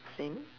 same